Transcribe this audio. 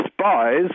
spies